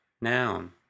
noun